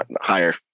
Higher